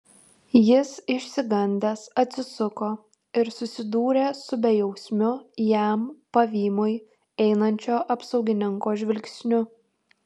jis išsigandęs atsisuko ir susidūrė su bejausmiu jam pavymui einančio apsaugininko žvilgsniu